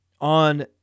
on